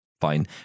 fine